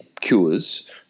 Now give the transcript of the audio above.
cures